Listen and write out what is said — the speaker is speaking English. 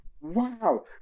wow